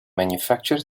manufacture